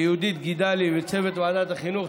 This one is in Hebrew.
ליהודית גידלי וצוות ועדת החינוך,